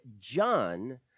John